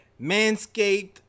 Manscaped